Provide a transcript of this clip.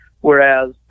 Whereas